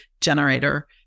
generator